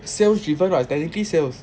sales driven [what] it's technically sales